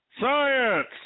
science